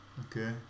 okay